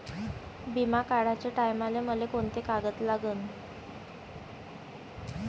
बिमा काढाचे टायमाले मले कोंते कागद लागन?